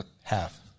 Half